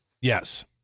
yes